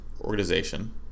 Organization